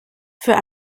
für